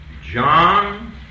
John